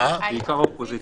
בעיקר האופוזיציה...